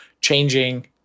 changing